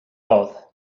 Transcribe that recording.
both